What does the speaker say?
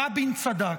רבין צדק.